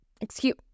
Excuse